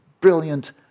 brilliant